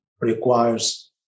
requires